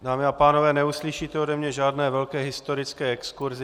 Dámy a pánové, neuslyšíte ode mě žádné velké historické exkurzy.